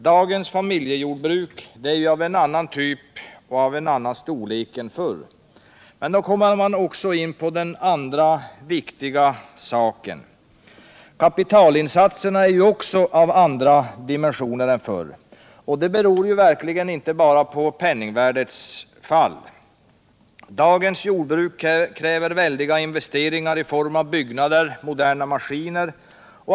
Dagens familjejordbruk är av en annan typ och ofta av en annan storlek än förr. Men då kommer man in på den andra viktiga saken. Kapitalinsatserna är också av andra dimensioner än förr, och det beror inte bara på penningvärdets fall. Dagens jordbruk kräver väldiga investeringar i form av byggnader och väldiga maskiner.